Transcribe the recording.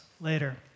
later